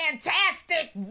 Fantastic